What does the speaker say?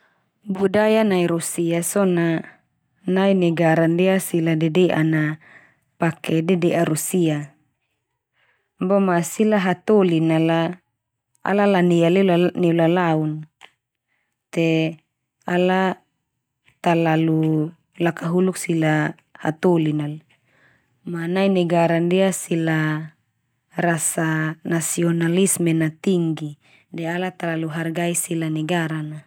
Budaya nai Rusia so na nai negara ndia sila dede'an na pake dede'a Rusia. Bo ma sila hatolin nala ala lanea leulala neulalaun te ala talalu lakahuluk sila hatolin nal. Ma nai negara ndia sila rasa nasionalsme na tinggi de ala talalu hargai sila negara na.